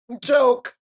joke